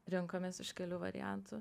rinkomės iš kelių variantų